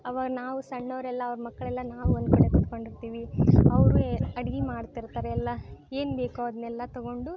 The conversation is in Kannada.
ಆವಾಗ ನಾವು ಸಣ್ಣವರೆಲ್ಲ ಅವ್ರ ಮಕ್ಕಳೆಲ್ಲ ನಾವು ಒಂದ್ಕಡೆ ಕೂತ್ಕೊಂಡು ಇರ್ತೀವಿ ಅವರು ಎ ಅಡ್ಗೆ ಮಾಡ್ತಿರ್ತಾರೆ ಎಲ್ಲ ಏನು ಬೇಕು ಅದನ್ನೆಲ್ಲ ತೊಗೊಂಡು